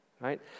right